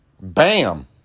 Bam